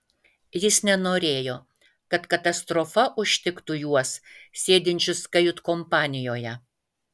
jis nenorėjo kad katastrofa užtiktų juos sėdinčius kajutkompanijoje